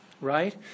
right